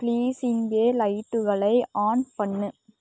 please இங்கே லைட்டுகளை on பண்ணு